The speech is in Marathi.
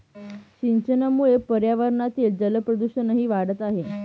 सिंचनामुळे पर्यावरणातील जलप्रदूषणही वाढत आहे